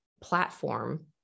platform